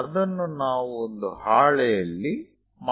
ಅದನ್ನು ನಾವು ಒಂದು ಹಾಳೆಯಲ್ಲಿ ಮಾಡೋಣ